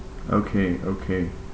okay okay